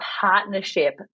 partnership